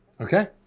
Okay